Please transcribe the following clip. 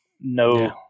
no